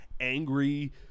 angry